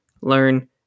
learn